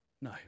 No